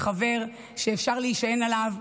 חבר שאפשר להישען עליו,